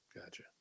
Gotcha